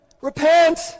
Repent